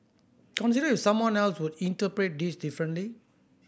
consider if someone else would interpret this differently